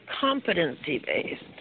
competency-based